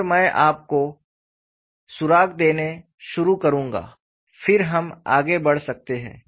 और मैं आपको सुराग देना शुरू करूंगा फिर हम आगे बढ़ सकते हैं